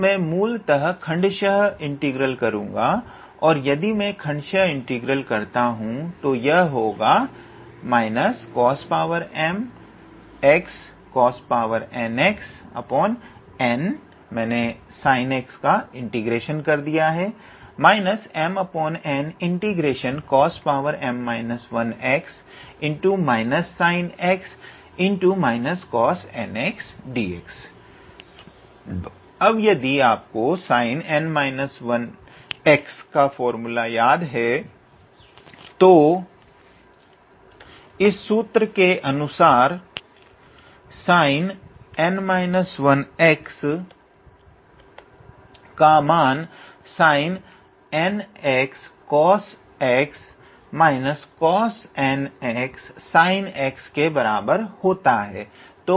तो मैं मूलतः खण्ड्शह इंटीग्रल करूंगा और यदि मैं खण्ड्शह इंटीग्रल करता हूं तो यह होगा अब यदि आपको sin𝑛−1𝑥 का सूत्र याद है तो इस सूत्र के अनुसार sin𝑛−1𝑥 का मान 𝑠𝑖𝑛𝑛𝑥𝑐𝑜𝑠𝑥−𝑐𝑜𝑠𝑛𝑥𝑠𝑖𝑛𝑥 के बराबर होता है